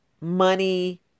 money